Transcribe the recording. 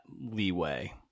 leeway